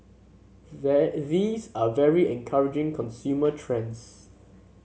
they these are very encouraging consumer trends